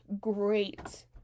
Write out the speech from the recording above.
great